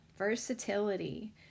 versatility